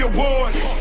Awards